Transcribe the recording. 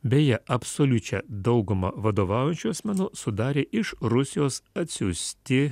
beje absoliučią daugumą vadovaujančių asmenų sudarė iš rusijos atsiųsti